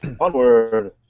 Onward